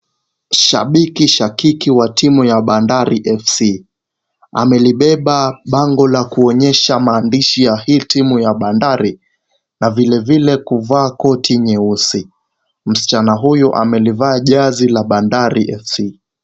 Shabiki shakiki wa timu ya Bandari FC amelibeba bango la kuonyesha maandishi ya hii timu ya Bandari na vilevile kuvaa koti nyeusi. Msichana huyu amelivaa jezi la Bandari FC.